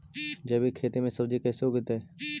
जैविक खेती में सब्जी कैसे उगइअई?